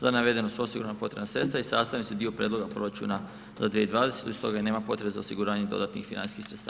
Za navedeno su osigurana potrebna sredstva i sastavni su dio prijedloga proračuna za 2020. i stoga i nema potrebe za osiguranjem dodatnih financijskih sredstava.